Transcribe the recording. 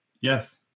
yes